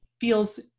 feels